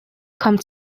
kommt